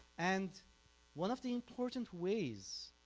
and one of the important ways